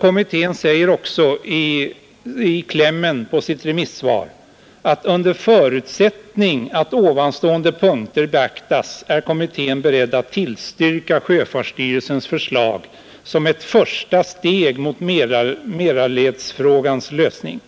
Kommittén anför också att under förutsättning att ovanstående punkter beaktas är kommittén beredd att tillstyrka sjöfartsstyrelsens förslag som ett första steg mot Mälarledsfrågans lösning.